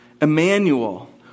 Emmanuel